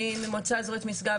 אני ממועצה אזורית משגב,